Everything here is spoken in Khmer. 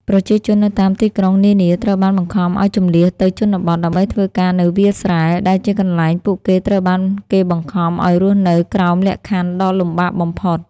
ប្រជាជននៅតាមទីក្រុងនានាត្រូវបានបង្ខំឱ្យជម្លៀសទៅជនបទ ដើម្បីធ្វើការនៅវាលស្រែ ដែលជាកន្លែងពួកគេត្រូវបានគេបង្ខំឱ្យរស់នៅក្រោមលក្ខខណ្ឌដ៏លំបាកបំផុត។